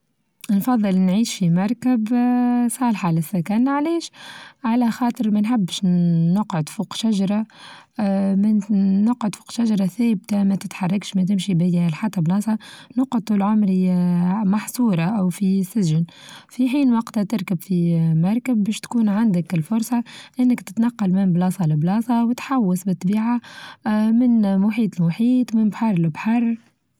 نفظل نعيش في مركب آآ صالحة للسكن علاش؟ على خاطر ما نحبش نقعد فوق شچرة آآ نقعد فوق شجرة ثابتة ما تتحركش ما تمشي بيا لحتى بلاصة، نقعد طول عمري آآ محصورة أو في سچن، في حين وقتها تركب في آآ ماركب بيش تكون عندك الفرصة أنك تتنقل من بلاصة لبلاصة وتحوص بالطبيعة آآ من محيط لمحيط من بحر لبحر.